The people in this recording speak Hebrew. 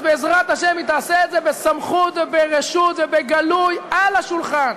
אז בעזרת השם היא תעשה את זה בסמכות וברשות ובגלוי על השולחן.